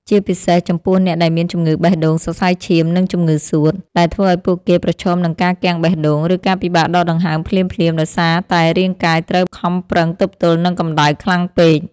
ជាពិសេសចំពោះអ្នកដែលមានជំងឺបេះដូង សរសៃឈាម និងជំងឺសួត ដែលធ្វើឱ្យពួកគេប្រឈមនឹងការគាំងបេះដូង ឬការពិបាកដកដង្ហើមភ្លាមៗដោយសារតែរាងកាយត្រូវខំប្រឹងទប់ទល់នឹងកម្ដៅខ្លាំងពេក។